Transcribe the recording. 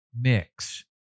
mix